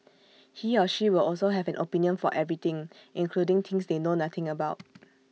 he or she will also have an opinion for everything including things they know nothing about